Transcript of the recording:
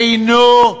אינו,